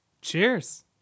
Cheers